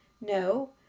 No